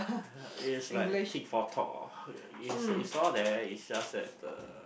it is like tic for tock or it's it's all there it's just that uh